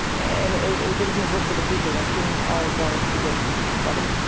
and it gives me hope for the future, like, things are going to get better.